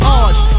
odds